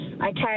Okay